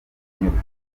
kunyurwa